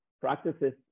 practices